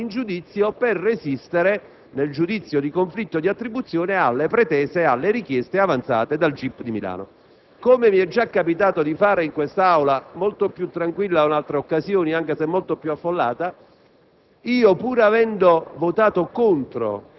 decidere se costituirsi oppure no in giudizio per resistere nel conflitto di attribuzione alle richieste avanzate dal GIP di Milano. Come mi è già capitato di fare in quest'Aula (molto più tranquilla in altre occasioni, anche se molto più affollata),